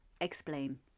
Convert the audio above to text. explain